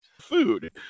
food